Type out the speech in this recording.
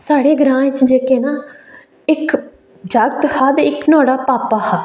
साढ़े ग्रां च जेह्के न इक जागत हा ते इक न्हाड़ा पापा हा